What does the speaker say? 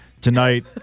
tonight